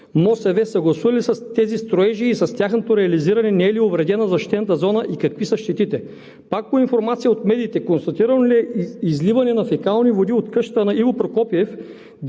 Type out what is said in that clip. МОСВ, съгласували ли са тези строежи и с тяхното реализиране не е ли увредена защитената зона, и какви са щетите? Пак по информация от медиите – констатирано ли е изливане на фекални води от къщата на Иво Прокопиев